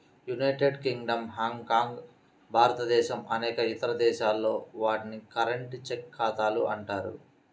United Kingdom, Hong Kong, భారతదేశం అనేక ఇతర దేశాల్లో, వాటిని కరెంట్, చెక్ ఖాతాలు అంటారు